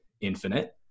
infinite